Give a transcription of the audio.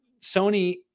Sony